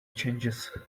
changes